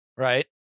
Right